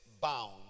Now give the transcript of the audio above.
bound